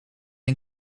een